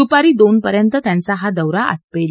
दुपारी दोन पर्यंत त्यांचा हा दौरा आटोपेल